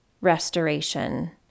restoration